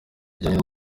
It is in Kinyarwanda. rijyanye